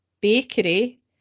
bakery